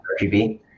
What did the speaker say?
RGB